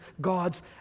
God's